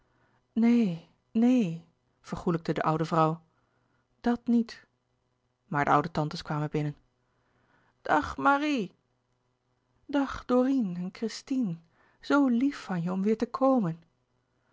neen neen vergoêlijkte de oude vrouw dat niet maar de oude tantes kwamen binnen dag marie dag dorine en christine zoo lief van je om weêr te komen